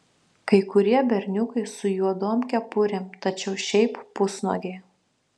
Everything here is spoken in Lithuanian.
kai kurie berniukai su juodom kepurėm tačiau šiaip pusnuogiai